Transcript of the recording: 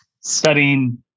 studying